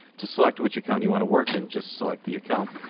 to select which account you want to work in, just select the account,